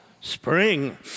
Spring